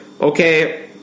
okay